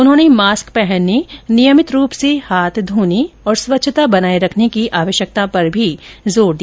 उन्होंने मास्क पहनने नियमित रूप से हाथ धोने और स्वच्छता बनाए रखने की आवश्यकता पर भी जोर दिया